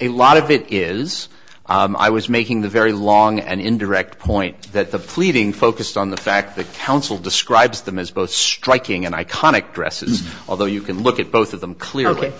a lot of it is i was making the very long and indirect point that the pleading focused on the fact the council describes them as both striking and iconic dresses although you can look at both of them clearly